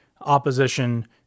opposition